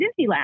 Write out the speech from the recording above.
Disneyland